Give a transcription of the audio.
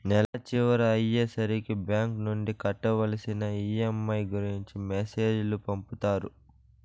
నెల చివర అయ్యే సరికి బ్యాంక్ నుండి కట్టవలసిన ఈ.ఎం.ఐ గురించి మెసేజ్ లు పంపుతారు